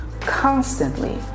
constantly